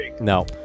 No